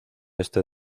este